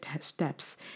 steps